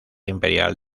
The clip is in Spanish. imperial